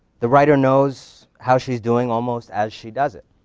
the writer knows how she's doing almost as she does it.